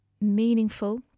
meaningful